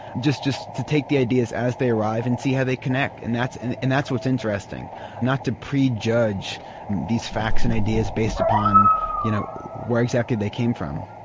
just just to take the ideas as they arrive and see how they connect, and that's and that's what's interesting not to pre-judge these facts and ideas based upon you know where exactly they came from.